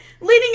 Leading